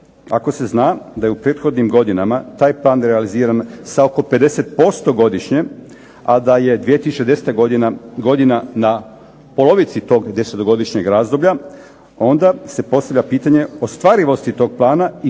Ako se zna da je u prethodnim godinama taj plan realiziran sa oko 50% godišnje, a da je 2010. godina, godina na polovici tog desetogodišnjeg razdoblja onda se postavlja pitanje ostvarivosti tog plana i